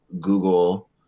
Google